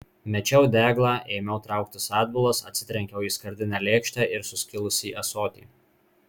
mečiau deglą ėmiau trauktis atbulas atsitrenkiau į skardinę lėkštę ir suskilusį ąsotį